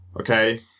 okay